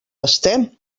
estem